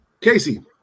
Casey